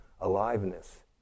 aliveness